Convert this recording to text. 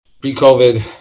pre-COVID